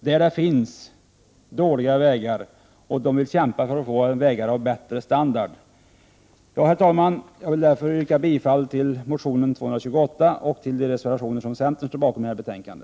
Det finns dåliga vägar där, och människor vill kämpa för att få vägar av bättre standard. Jag vill därför yrka bifall till motion T228 och till de reservationer som centern står bakom i detta betänkande.